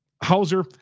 Hauser